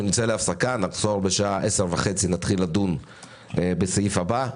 נעשה הפסקה קטנה, ב-10:30 נתחיל לדון בסעיף הבא,